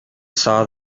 saw